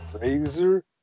Razor